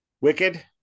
Wicked